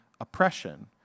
oppression